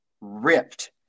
ripped